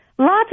Lots